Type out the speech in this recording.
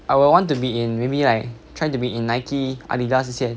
I will want to be in maybe like try to be in Nike Adidas 这些